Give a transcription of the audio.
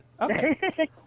Okay